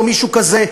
או מישהו כזה,